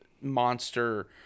monster